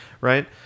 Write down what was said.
Right